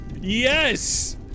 Yes